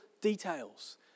details